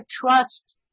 trust